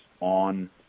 on